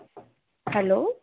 hello